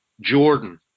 Jordan